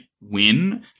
win